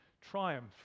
triumph